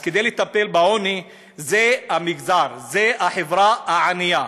אז כדי לטפל בעוני, זה המגזר, זה החברה הענייה.